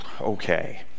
okay